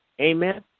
Amen